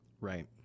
Right